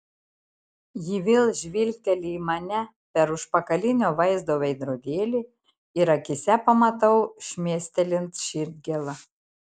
ji vėl žvilgteli į mane per užpakalinio vaizdo veidrodėlį ir akyse pamatau šmėstelint širdgėlą